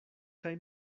kaj